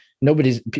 nobody's